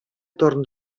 torn